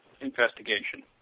investigation